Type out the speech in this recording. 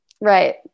Right